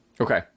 Okay